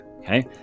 Okay